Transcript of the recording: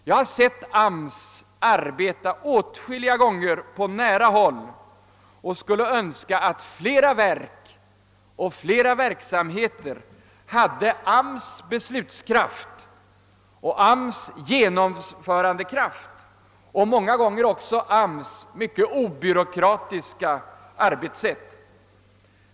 Jag har åtskilliga gånger sett AMS arbeta på nära håll och skulle önska att flera verk och verksamheter hade AMS:s beslutkraft och genomförandekraft och många gånger också dess mycket obyråkratiska arbetssätt.